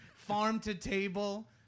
farm-to-table